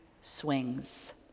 swings